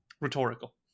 rhetorical